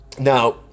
Now